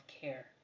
care